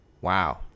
Wow